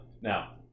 Now